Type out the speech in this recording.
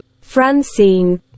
Francine